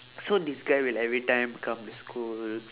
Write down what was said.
so this guy will every time come to school